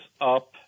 up